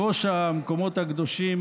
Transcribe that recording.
בראש המקומות הקדושים,